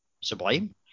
sublime